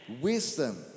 wisdom